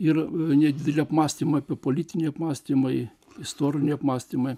ir nedidelį apmąstymą apie politiniai apmąstymai istoriniai apmąstymai